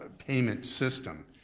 ah payment system.